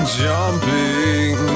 jumping